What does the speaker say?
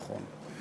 נכון.